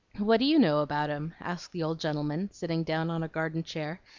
what do you know about em? asked the old gentleman, sitting down on a garden chair,